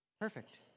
perfect